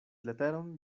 leteron